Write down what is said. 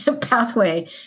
pathway